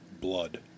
Blood